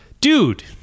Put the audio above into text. dude